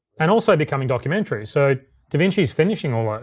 and also becoming documentaries, so davinci's finishing all ah